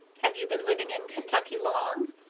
have you been living in kentucky long?